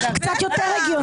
קצת יותר הגיוני.